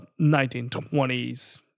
1920s